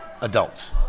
adults